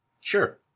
Sure